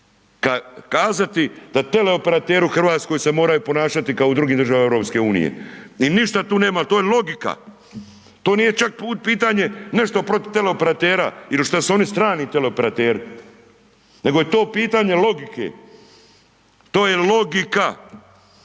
kazati da teleoperateri u Hrvatskoj se moraju ponašati kao u drugim državama EU-a i ništa tu nema, to je logika, to nije čak pitanje nešto protiv teleoperatera ili šta su oni strani teleoperateri nego je to pitanje logike. To je logika.